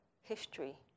history